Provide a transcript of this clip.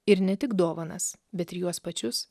ir ne tik dovanas bet ir juos pačius